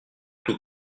tout